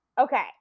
okay